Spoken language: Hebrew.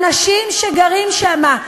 לאנשים שגרים שם,